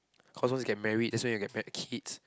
cause once you get married that's when you get fat kids